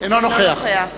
אינו נוכח